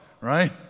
right